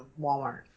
Walmart